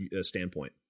standpoint